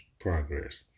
progress